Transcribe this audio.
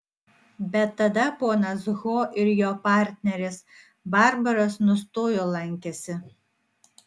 bet tada ponas ho ir jo partneris barbaras nustojo lankęsi